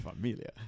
familia